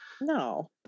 no